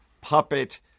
puppet